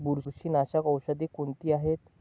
बुरशीनाशक औषधे कोणती आहेत?